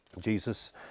Jesus